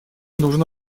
нужно